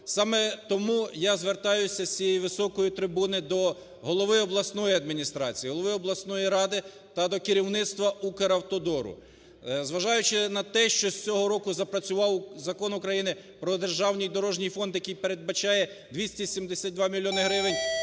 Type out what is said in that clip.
Саме тому я звертаюся з цієї високої трибуни до голови обласної адміністрації, голови обласної ради та до керівництва "Укравтодору". Зважаючи на те, що з цього року запрацював Закон України "Про Державний дорожній фонд", який передбачає 272 мільйони